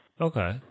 Okay